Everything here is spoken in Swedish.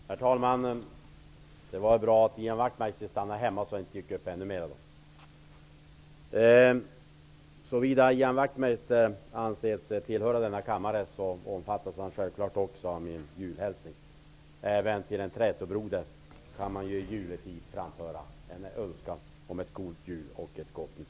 Herr talman! Det var bra att Ian Wachtmeister stannade hemma så att kronan inte gick upp ännu mer. Såvida Ian Wachtmeister anser sig tillhöra denna kammare omfattas han självfallet av min julhälsning. Även till en trätobroder kan man i juletid framföra en önskan om en God Jul och ett